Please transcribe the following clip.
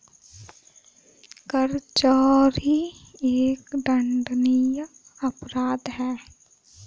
कर चोरी एक दंडनीय अपराध है